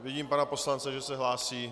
Vidím pana poslance, že se hlásí.